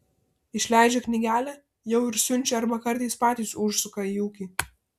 išleidžia knygelę jau ir siunčia arba kartais patys užsuka į ūkį